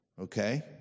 Okay